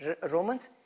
Romans